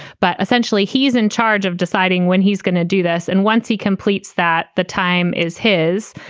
but essentially, he's in charge of deciding when he's going to do this. and once he completes that, the time is his.